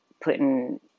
putting